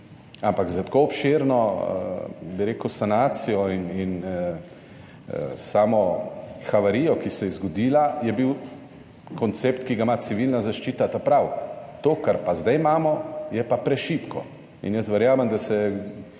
ampak za tako obširno bi rekel sanacijo in samo havarijo, ki se je zgodila, je bil koncept, ki ga ima Civilna zaščita, ta prav, to, kar pa zdaj imamo, je pa prešibko. In jaz verjamem, da se